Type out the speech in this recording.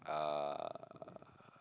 uh